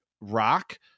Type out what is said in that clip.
Rock